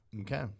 Okay